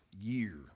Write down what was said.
year